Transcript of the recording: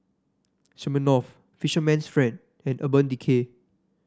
Smirnoff Fisherman's Friend and Urban Decay